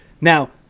Now